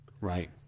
Right